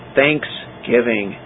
thanksgiving